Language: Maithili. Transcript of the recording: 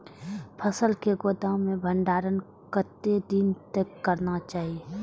फसल के गोदाम में भंडारण कतेक दिन तक करना चाही?